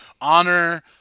Honor